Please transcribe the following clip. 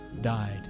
died